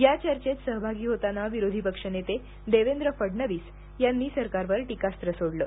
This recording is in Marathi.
या चर्चेत सहभागी होताना विरोधी पक्षनेते देवेंद्र फडणवीस यांनी सरकारवर टीकास्त्र सोडले